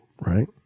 right